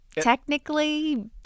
technically